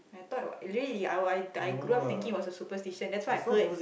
I thought what really I I I grow up thinking was a superstition that's what I heard